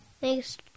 Thanks